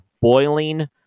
boiling